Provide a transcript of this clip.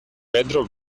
pedro